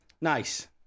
Nice